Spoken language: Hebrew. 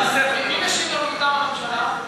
לנו מטעם הממשלה?